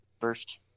First